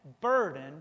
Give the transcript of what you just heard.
burden